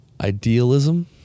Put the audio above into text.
idealism